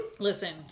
Listen